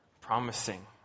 promising